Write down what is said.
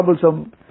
troublesome